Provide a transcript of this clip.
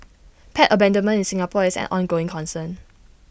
pet abandonment in Singapore is an ongoing concern